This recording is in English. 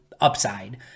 upside